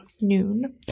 noon